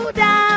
down